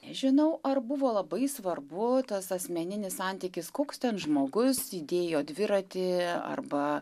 nežinau ar buvo labai svarbu tas asmeninis santykis koks ten žmogus įdėjo dviratį arba